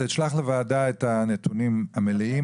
תשלח לוועדה את הנתונים המלאים,